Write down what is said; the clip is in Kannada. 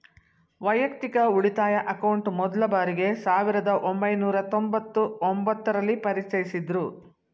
ವೈಯಕ್ತಿಕ ಉಳಿತಾಯ ಅಕೌಂಟ್ ಮೊದ್ಲ ಬಾರಿಗೆ ಸಾವಿರದ ಒಂಬೈನೂರ ತೊಂಬತ್ತು ಒಂಬತ್ತು ರಲ್ಲಿ ಪರಿಚಯಿಸಿದ್ದ್ರು